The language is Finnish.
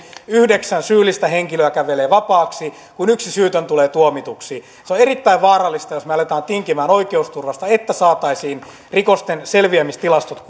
yhdeksän syyllistä henkilöä kävelee vapaaksi kuin yksi syytön tulee tuomituksi se on erittäin vaarallista jos me alamme tinkiä oikeusturvasta jotta saataisiin rikosten selviämistilastot